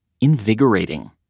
invigorating